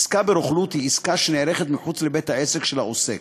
עסקה ברוכלות היא עסקה שנערכת מחוץ לבית-העסק של העוסק,